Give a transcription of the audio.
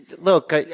look